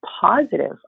positive